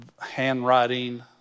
handwriting